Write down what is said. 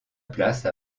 place